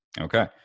Okay